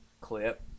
clip